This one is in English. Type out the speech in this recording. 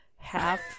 Half